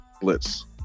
blitz